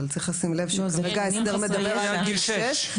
אבל צריך לשים לב שכרגע ההסדר מדבר על עד גיל שש,